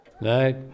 Night